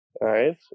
right